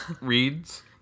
reads